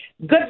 good